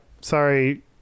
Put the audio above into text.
Sorry